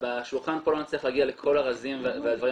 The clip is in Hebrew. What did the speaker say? בשולחן פה לא נצליח להגיע לכל הרזים והדברים